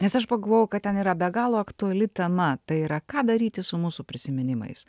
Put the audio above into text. nes aš pagalvojau kad ten yra be galo aktuali tema tai yra ką daryti su mūsų prisiminimais